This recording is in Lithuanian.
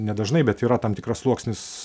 nedažnai bet yra tam tikras sluoksnis